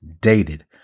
dated